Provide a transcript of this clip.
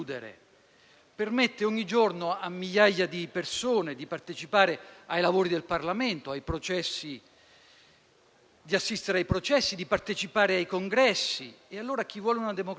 Permette ogni giorno a migliaia di persone di partecipare ai lavori del Parlamento, di assistere ai processi, di partecipare ai congressi. Pertanto, chi vuole una democrazia forte